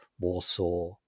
Warsaw